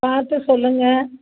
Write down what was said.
பார்த்து சொல்லுங்கள்